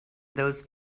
those